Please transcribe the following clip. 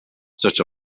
such